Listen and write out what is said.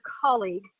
colleague